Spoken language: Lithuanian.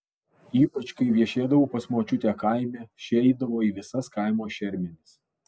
ypač kai viešėdavau pas močiutę kaime ši eidavo į visas kaimo šermenis